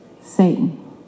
Satan